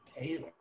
Taylor